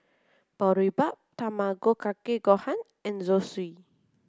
Boribap Tamago Kake Gohan and Zosui